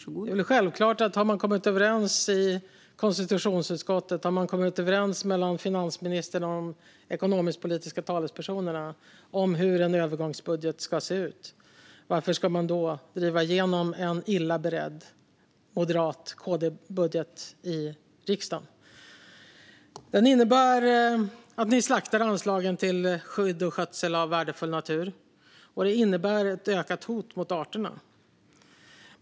Fru talman! Det är självklart att om man har kommit överens i konstitutionsutskottet, om finansministern har kommit överens med ekonomisk-politiska talespersoner om hur en övergångsbudget ska se ut, varför ska man då driva igenom en illa beredd M-KD-budget i riksdagen? Ni slaktade anslagen till skydd och skötsel av värdefull natur, och det innebär ett ökat hot mot arterna.